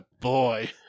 boy